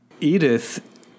Edith